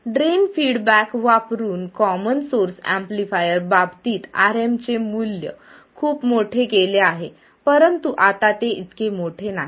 drain feedback वापरुन common source amplifier बाबतीत Rm चे मूल्य खूप मोठे केले आहे परंतु आता ते इतके मोठे नाही